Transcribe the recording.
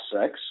sex